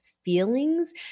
feelings